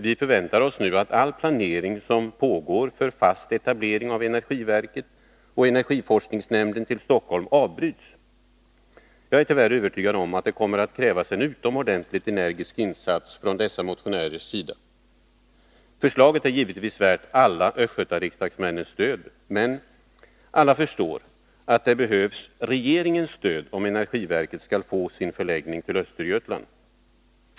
Vi förväntar oss att all planering avbryts som nu pågår och som syftar till en fast etablering av energiverket och energiforskningsnämnden till Stockholm. Jag är tyvärr övertygad om att det kommer att krävas en utomordentligt energisk insats från dessa motionärers sida. Förslaget är givetvis värt alla östgötariksdagsmännens stöd. Men alla förstår väl att det som behövs är regeringens stöd, om energiverket skall kunna förläggas till Östergötland.